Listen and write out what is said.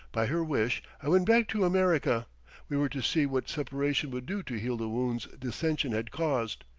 by her wish, i went back to america we were to see what separation would do to heal the wounds dissension had caused.